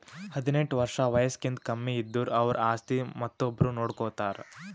ಹದಿನೆಂಟ್ ವರ್ಷ್ ವಯಸ್ಸ್ಕಿಂತ ಕಮ್ಮಿ ಇದ್ದುರ್ ಅವ್ರ ಆಸ್ತಿ ಮತ್ತೊಬ್ರು ನೋಡ್ಕೋತಾರ್